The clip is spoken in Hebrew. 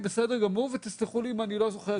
בסדר גמור, ותסלחו לי אם אני לא זוכר בדיוק.